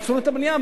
עצרו את הבנייה,